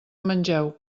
mengeu